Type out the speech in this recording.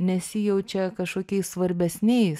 nesijaučia kažkokiais svarbesniais